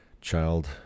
child